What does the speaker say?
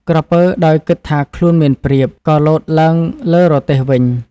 ក្រពើដោយគិតថាខ្លួនមានប្រៀប ក៏លោតឡើងលើរទេះវិញ។